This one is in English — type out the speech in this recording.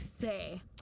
say